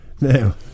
Now